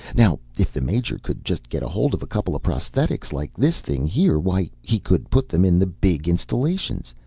now if the major could just get hold of a couple of prosthetics, like this thing here, why, he could put them in the big installations.